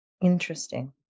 interesting